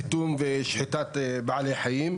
וגם אם הוא לא הגיש בקשה,